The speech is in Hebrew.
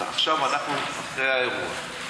עכשיו אנחנו אחרי האירוע,